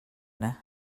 yna